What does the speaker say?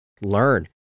Learn